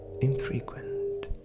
infrequent